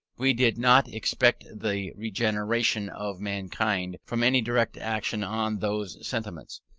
we did not expect the regeneration of mankind from any direct action on those sentiments,